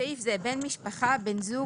ניגוד עניינים 9לט. בסעיף זה "בן משפחה" בן זוג,